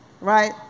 right